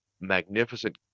magnificent